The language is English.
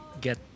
get